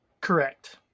Correct